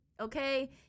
okay